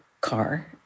car